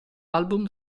album